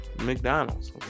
McDonald's